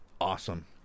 awesome